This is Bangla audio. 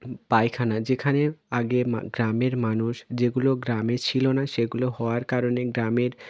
পায়খানা যেখানে আগে মা গ্রামের মানুষ যেগুলো গ্রামে ছিল না সেগুলো হওয়ার কারণে গ্রামের